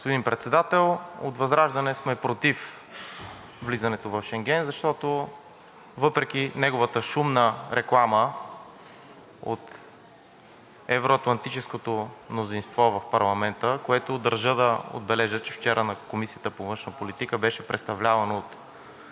Господин Председател, от ВЪЗРАЖДАНЕ сме против влизането в Шенген, защото въпреки неговата шумна реклама от евро-атлантическото мнозинство в парламента, което, държа да отбележа, че вчера на Комисията по